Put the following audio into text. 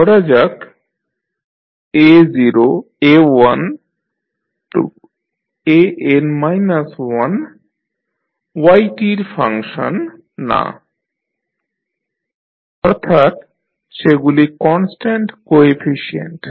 ধরা যাক a0 a1 an 1 y র ফাংশন না অর্থাৎ সেগুলি কনস্ট্যান্ট কোএফিশিয়েন্ট